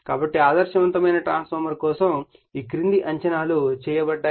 కాబట్టి ఆదర్శవంతమైన ట్రాన్స్ఫార్మర్ కోసం ఈ క్రింది అంచనాలు చేయబడ్డాయి